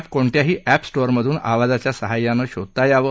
हे अधिक्रोणत्याही अधिक्टोअर मधून आवाजाच्या सहाय्यानं शोधता यावं